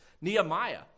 Nehemiah